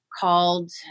called